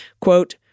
Quote